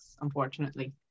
unfortunately